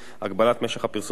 הגבלת משך הפרסום האמור,